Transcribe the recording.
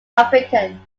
african